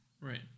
right